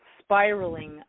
spiraling